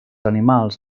animals